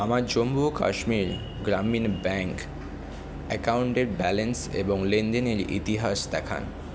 আমার জম্মু ও কাশ্মীর গ্রামীণ ব্যাঙ্ক অ্যাকাউন্টের ব্যালেন্স এবং লেনদেনের ইতিহাস দেখান